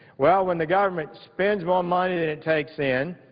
well, when the government spends more money than it takes in,